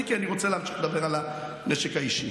הוא דיבר גם על כיתות כוננות.